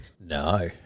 no